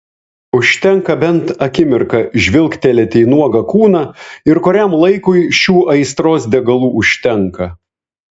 užtenka bent akimirką žvilgtelėti į nuogą kūną ir kuriam laikui šių aistros degalų užtenka